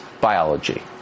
biology